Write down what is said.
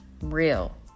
real